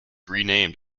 renamed